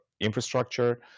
infrastructure